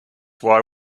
why